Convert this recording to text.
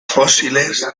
fósiles